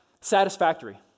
satisfactory